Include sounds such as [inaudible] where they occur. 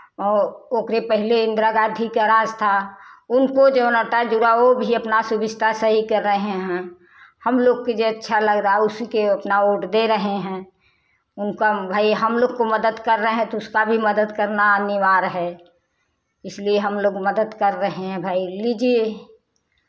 ओ ओकरे पहले इन्दिरा गांधी के राज था उनको जो है ना [unintelligible] जुड़ाव भी अपना सुविधा से ही कर रहे हैं हमलोग के जे अच्छा लग रहा है उसीके अपना वोट दे रहे हैं उनका भाई हमलोग को मदद कर रहे हैं तो उसका भी मदद करना अनिवार्य है इसलिए हमलोग मदद कर रहे हैं भाई लीजिये